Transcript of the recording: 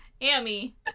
Amy